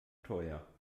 teuer